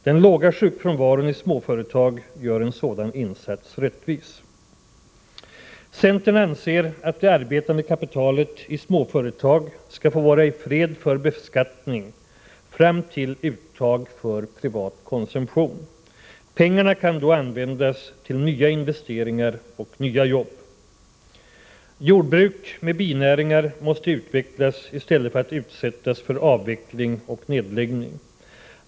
Den låga sjukfrånvaron i småföretag gör en sådan insats rättvis. — Centern anser att det arbetande kapitalet i småföretag skall få vara i fred för beskattning fram till den tidpunkt då uttag för privat konsumtion sker. Pengarna kan då användas till nya investeringar och nya jobb. —- Jordbruk med binäringar måste utvecklas i stället för att utsättas för avveckling och nedläggning.